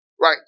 Right